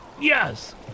Yes